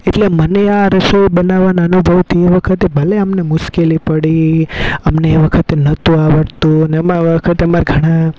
એટલે મને આ રસોઈ બનાવાના અનુભવથી એ વખતે ભલે આમને મુશ્કેલી પડી અમને એ વખતે નહોતું આવડતું અને અમારા વખતે અમારે ઘણા